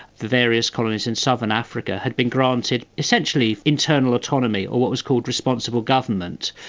various colonies in southern africa had been granted essentially internal autonomy or what was called responsible government.